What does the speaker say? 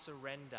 surrender